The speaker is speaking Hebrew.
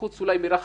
חוץ אולי מרחמה,